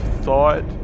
thought